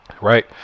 right